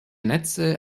netze